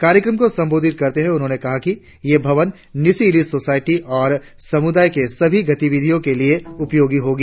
कार्यक्रम को संबोधित करते हुए उन्होंने कहा के ये भवन न्यीशी एलाईट सोसायटी और समुदाय के सभी गतिविधियो के लिए उपयोगी होगी